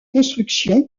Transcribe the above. construction